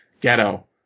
ghetto